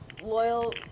loyal